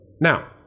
now